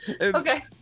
okay